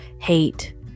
hate